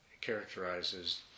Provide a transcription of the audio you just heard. characterizes